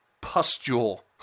pustule